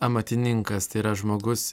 amatininkas tai yra žmogus